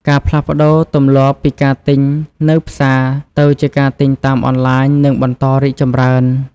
ការផ្លាស់ប្តូរទម្លាប់ពីការទិញនៅផ្សារទៅជាការទិញតាមអនឡាញនឹងបន្តរីកចម្រើន។